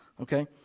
okay